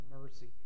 mercy